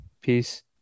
peace